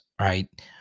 right